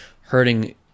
hurting